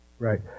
Right